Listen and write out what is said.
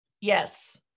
yes